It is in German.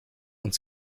und